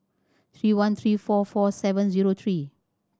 three one three four four seven zero three